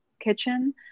kitchen